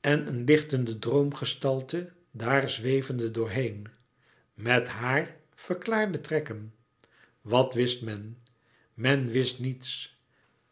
en een lichtende droomgestalte daar zwevende door heen met hàar verklaarde louis couperus metamorfoze trekken wat wist men men wist niets